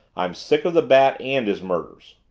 i'm sick of the bat and his murders.